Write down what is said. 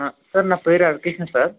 sir నా పేరు Harikrishna sir